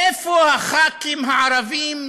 איפה הח"כים הערבים?